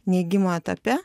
neigimo etape